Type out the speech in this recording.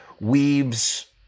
weaves